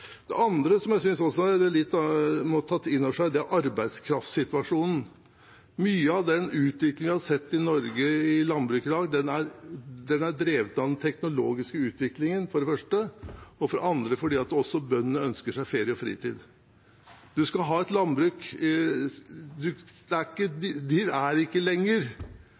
Det andre er at kornproduksjonen vi har, er begrenset til kanskje en tredjedel av arealet vårt. Det tredje som jeg synes man burde ta litt inn over seg, er arbeidskraftsituasjonen. Mye av utviklingen vi har sett i landbruket i Norge i dag, er for det første drevet fram av den teknologiske utviklingen og for det andre av at også bøndene ønsker seg ferie og fritid. De er ikke lenger